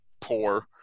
poor